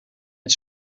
het